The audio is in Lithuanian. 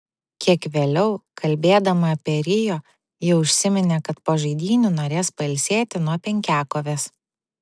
kiek vėliau kalbėdama apie rio ji užsiminė kad po žaidynių norės pailsėti nuo penkiakovės